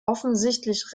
offensichtlich